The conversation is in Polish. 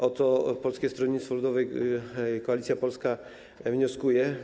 O to Polskie Stronnictwo Ludowe i Koalicja Polska wnoszą.